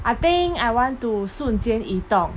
I think I want to 瞬间移动